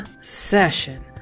Session